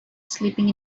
sleeping